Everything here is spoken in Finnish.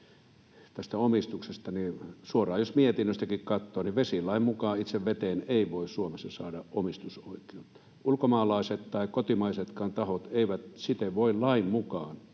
tästä omistuksesta, että suoraan jos mietinnöstäkin katsoo, niin vesilain mukaan itse veteen ei voi Suomessa saada omistusoikeutta. Ulkomaalaiset tai kotimaisetkaan tahot eivät siten voi lain mukaan